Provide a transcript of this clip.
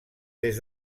des